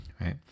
right